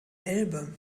elbe